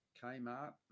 Kmart